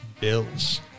Bills